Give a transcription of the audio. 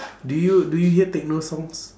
do you do you hear techno songs